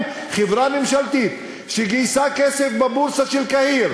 חברה ממשלתית שגייסה כסף בבורסה של קהיר.